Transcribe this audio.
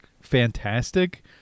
fantastic